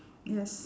yes